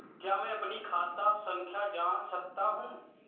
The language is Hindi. क्या मैं अपनी खाता संख्या जान सकता हूँ?